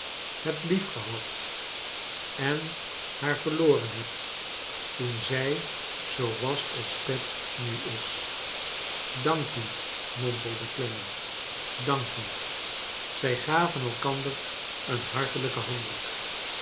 hebt liefgehad en haar verloren hebt toen zij zoo was als pet nu is dank u mompelde clennam dank u zij gaven elkander een hartelijken handdruk